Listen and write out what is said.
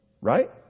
Right